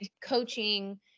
coaching